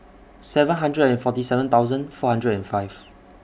seven hundred and forty seven thousand four hundred and five